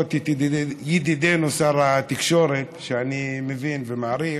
לראות את ידידנו שר התקשורת, שאני מבין, ומעריך,